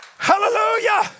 Hallelujah